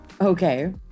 Okay